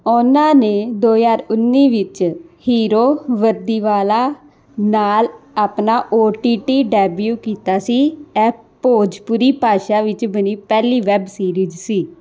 ਉਨ੍ਹਾਂ ਨੇ ਦੋ ਹਜ਼ਾਰ ਉੱਨੀ ਵਿੱਚ ਹੀਰੋ ਵਰਦੀਵਾਲਾ ਨਾਲ ਅਪਣਾ ਓ ਟੀ ਟੀ ਡੈਬਿਊ ਕੀਤਾ ਸੀ ਇਹ ਭੋਜਪੁਰੀ ਭਾਸ਼ਾ ਵਿੱਚ ਬਣੀ ਪਹਿਲੀ ਵੈੱਬ ਸੀਰੀਜ਼ ਸੀ